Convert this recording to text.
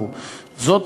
זאת,